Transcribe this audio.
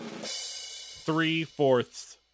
three-fourths